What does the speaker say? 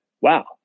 wow